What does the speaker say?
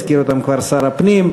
הזכיר אותם כבר שר הפנים,